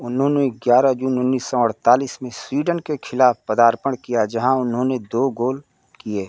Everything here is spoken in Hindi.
उन्होंने ग्यारह जून उन्नीस सौ अड़तालीस में स्वीडन के ख़िलाफ पदार्पण किया जहाँ उन्होंने दो गोल किए